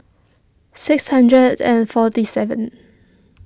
six hundred and forty seven